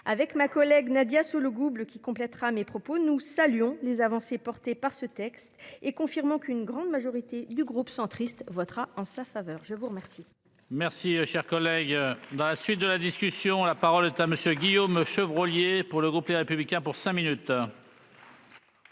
avec ma collègue, Nadia Sollogoub, qui complétera mes propos. Nous saluons les avancées portées par ce texte et confirmant qu'une grande majorité du groupe centriste votera en sa faveur. Je vous remercie. Merci cher collègue. Dans la suite de la discussion. La parole est à monsieur Guillaume Chevrollier pour le groupe Les Républicains pour cinq minutes.